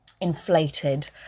inflated